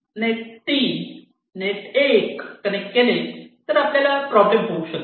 आपण net 3 net 1 connect केले तर आपल्याला प्रॉब्लेम होऊ शकेल